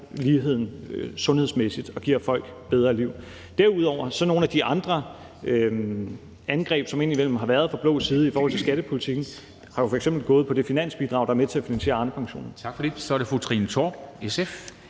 ligheden sundhedsmæssigt og giver folk bedre liv. Derudover har nogle af de andre angreb, som der indimellem har været fra blå side i forhold til skattepolitikken, jo f.eks. gået på det finansbidrag, der er med til at finansiere Arnepensionen.